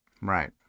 right